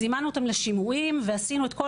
זימנו אותם לשימועים ועשינו את כל